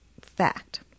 fact